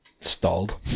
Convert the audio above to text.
stalled